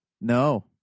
No